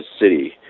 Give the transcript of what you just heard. City